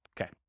Okay